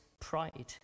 pride